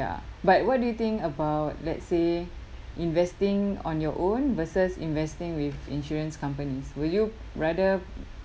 ya but what do you think about let's say investing on your own versus investing with insurance companies will you rather